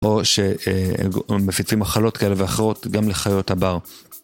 או שמפיצים מחלות כאלה ואחרות גם לחיות הבר.